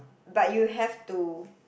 but you have to